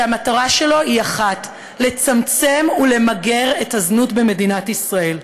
שהמטרה שלו היא אחת: לצמצם ולמגר את הזנות במדינת ישראל.